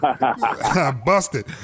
Busted